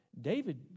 David